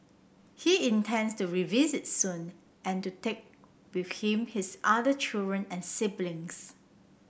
he intends to revisit soon and to take with him his other children and siblings